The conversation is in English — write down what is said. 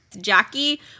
Jackie